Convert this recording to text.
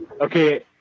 Okay